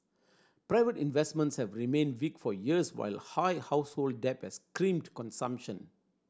private investments have remained weak for years while high household debts crimped consumption